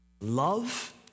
love